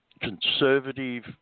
conservative